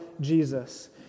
Jesus